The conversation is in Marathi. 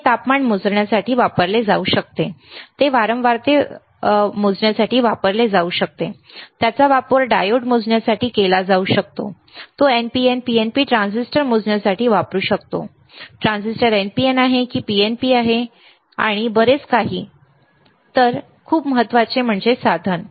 हे तापमान मोजण्यासाठी वापरले जाऊ शकते ते वारंवारतेसाठी वापरले जाऊ शकते त्याचा वापर डायोड मोजण्यासाठी केला जाऊ शकतो तो NPN आणि PNP ट्रान्झिस्टर मोजण्यासाठी वापरू शकतो की ट्रान्झिस्टर NPN आहे की ट्रान्झिस्टर PNP आहे आणि असेच पुढे तर खूप महत्वाचे साधन